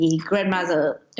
grandmother